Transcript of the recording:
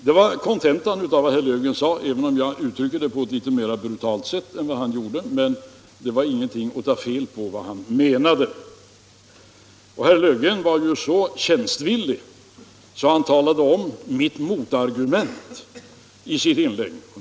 Det var kontentan av vad herr Löfgren sade, även om jag uttrycker det på ett litet mera brutalt sätt än vad han gjorde. Det var inte att ta fel på vad han menade. Herr Löfgren var så tjänstvillig att han i sitt inlägg talade om mitt motargument.